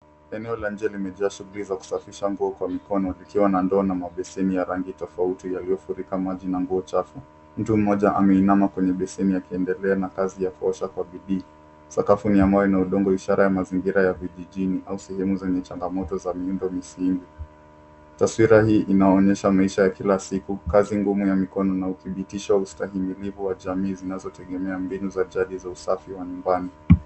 Eneo la nje limejaa shughuli za kusafisha nguo kwa mikono, likiwa na ndoo na beseni ya rangi tofauti yaliyofurika maji na nguo chafu. Mtu mmoja ameinama kwenye beseni akiendelea na kazi ya kuosha kwa bidii. Sakafu ni ya mawe na udongo, ishara ya mazingira ya vijijini au sehemu zenye changamoto za miundo msingi. Taswira hii inaonyesha maisha ya kila siku, kazi ngumu ya mikono na udhibitisho wa ustahimilivu wa jamii zinazotegemea mbinu za jadi za usafi wa nyumbani.